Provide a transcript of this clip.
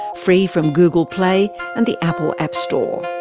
free from google play and the apple app store.